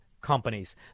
companies